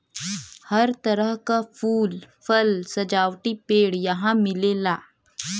हर तरह क फूल, फल, सजावटी पेड़ यहां मिलेला